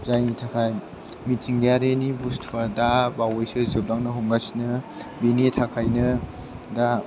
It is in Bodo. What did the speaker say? जायनि थाखाय मिथिंगायारिनि बुस्तुआ दाबावैसो जोबलांनो हमगासिनो बिनि थाखायनो दा